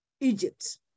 Egypt